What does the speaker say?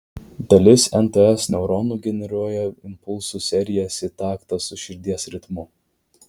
dalis nts neuronų generuoja impulsų serijas į taktą su širdies ritmu